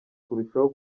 kurushaho